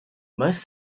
most